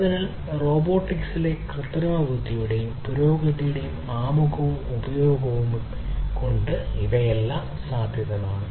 അതിനാൽ റോബോട്ടിക്സിലെ കൃത്രിമബുദ്ധിയുടെയും പുരോഗതിയുടെയും ആമുഖവും ഉപയോഗവും കൊണ്ട് ഇവയെല്ലാം സാധ്യമാണ്